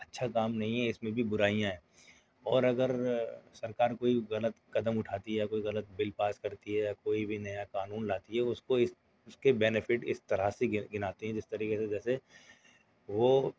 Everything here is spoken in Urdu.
اچھا کام نہیں ہے اس میں بھی برائیاں ہیں اور اگر سرکار کوئی غلط قدم اٹھاتی ہے یا کوئی غلط بل پاس کرتی ہے یا کوئی بھی نیا قانون لاتی ہے اس کو اس اس کے بینیفٹ اس طرح سے گر گناتی ہیں جس طریقے سے جیسے وہ